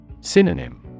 Synonym